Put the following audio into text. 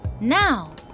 Now